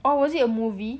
or was it a movie